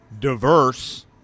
diverse